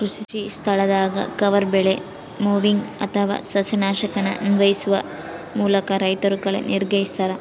ಕೃಷಿಸ್ಥಳದಾಗ ಕವರ್ ಬೆಳೆ ಮೊವಿಂಗ್ ಅಥವಾ ಸಸ್ಯನಾಶಕನ ಅನ್ವಯಿಸುವ ಮೂಲಕ ರೈತರು ಕಳೆ ನಿಗ್ರಹಿಸ್ತರ